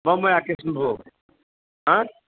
बम्मइ आ कृष्णभोग अइ